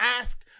ask